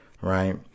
right